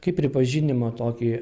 kaip pripažinimo tokį